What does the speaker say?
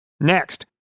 Next